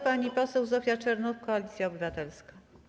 Pani poseł Zofia Czernow, Koalicja Obywatelska.